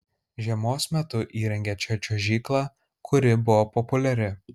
žiemos metu įrengė čia čiuožyklą kuri buvo populiari